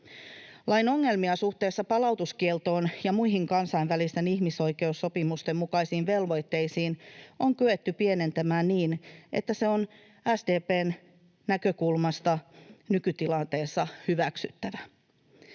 Lain ongelmia suhteessa palautuskieltoon ja muihin kansainvälisten ihmisoikeussopimusten mukaisiin velvoitteisiin on kyetty pienentämään niin, että se on SDP:n näkökulmasta nykytilanteessa hyväksyttävä.